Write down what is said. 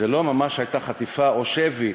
זו לא ממש הייתה חטיפה או שבי.